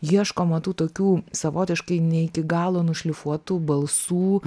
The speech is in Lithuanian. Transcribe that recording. ieškoma tų tokių savotiškai ne iki galo nušlifuotų balsų